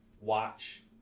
watch